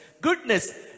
goodness